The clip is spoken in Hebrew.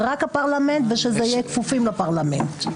שזה יהיה רק הפרלמנט וכפופים לפרלמנט.